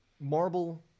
marble